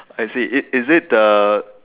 I see is is it uh